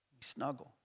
snuggle